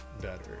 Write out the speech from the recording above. better